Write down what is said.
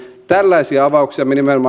tällaisia avauksia